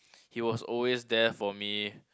he was always there for me